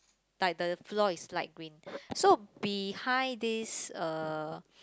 like the floor is light green so behind this uh